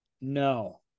No